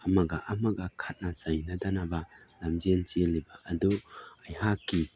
ꯑꯃꯒ ꯑꯃꯒ ꯈꯠꯅ ꯆꯩꯅꯗꯅꯕ ꯂꯝꯖꯦꯟ ꯆꯦꯜꯂꯤꯕ ꯑꯗꯨ ꯑꯩꯍꯥꯛꯀꯤ